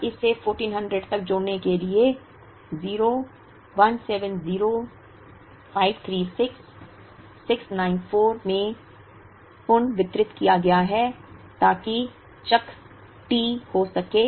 अब इसे 1400 तक जोड़ने के लिए 0 170 536 694 में पुनर्वितरित किया गया है ताकि चक्र चक्र T हो सके